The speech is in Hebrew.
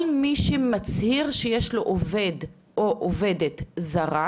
לכל מי שמצהיר שיש לו עובד או עובדת זרה,